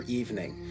evening